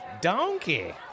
donkey